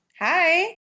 Hi